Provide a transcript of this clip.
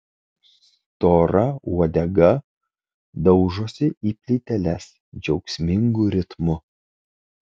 stora uodega daužosi į plyteles džiaugsmingu ritmu